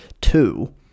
Two